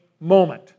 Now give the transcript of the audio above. moment